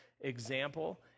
example